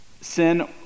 Sin